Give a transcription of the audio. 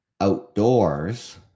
outdoors